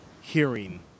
hearing